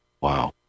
Wow